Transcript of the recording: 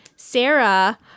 Sarah